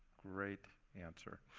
great answer.